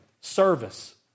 service